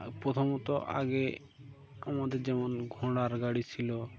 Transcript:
প্রথমত আগে আমাদের যেমন ঘোড়ার গাড়ি ছিল